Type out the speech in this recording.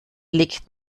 legt